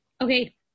okay